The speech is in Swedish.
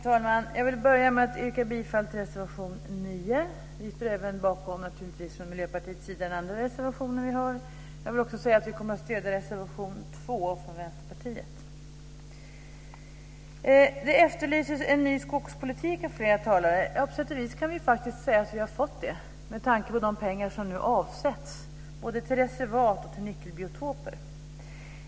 Fru talman! Jag vill börja med att yrka bifall till reservation 9. Vi från Miljöpartiets sida står naturligtvis även bakom den andra reservationen som vi har. Jag vill också säga att vi kommer att stödja reservation 2 från Vänsterpartiet. En ny skogspolitik efterlyses av flera talare. På sätt och vis kan man faktiskt säga att vi har fått det, med tanke på de pengar som nu avsätts både till reservat och till nyckelbiotoper.